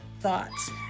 thoughts